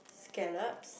scallops